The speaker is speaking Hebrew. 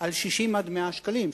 על 60 100 שקלים.